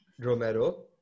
Romero